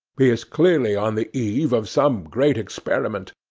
he is clearly on the eve of some great experiment.